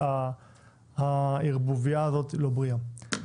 הערבוביה הזו לא בריאה.